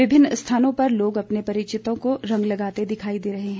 विभिन्न स्थानों पर लोग अपने परिचितों को रंग लगाते दिखाई दे रहे हैं